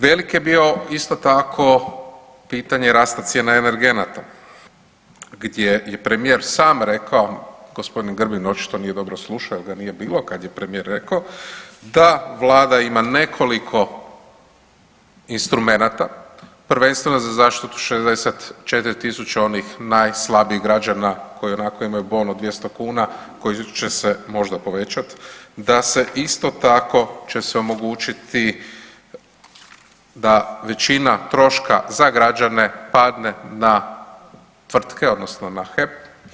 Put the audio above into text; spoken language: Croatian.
Velik je bio isto tako pitanje rasta cijena energenata gdje je premijer sam rekao, g. Grbin očito nije dobro slušao ili ga nije bilo kad je premijer rekao da Vlada ima nekoliko instrumenata, prvenstveno za zaštitu 64.000 onih najslabijih građana koji i onako imaju bon od 200 kuna koji će se možda povećat, da će se isto tako omogućiti da većina troška za građane padne na tvrtke odnosno na HEP.